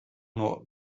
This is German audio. nur